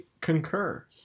concur